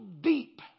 deep